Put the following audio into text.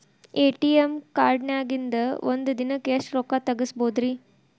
ATM ಕಾರ್ಡ್ನ್ಯಾಗಿನ್ದ್ ಒಂದ್ ದಿನಕ್ಕ್ ಎಷ್ಟ ರೊಕ್ಕಾ ತೆಗಸ್ಬೋದ್ರಿ?